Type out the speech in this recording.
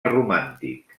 romàntic